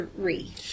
Three